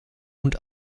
und